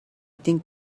think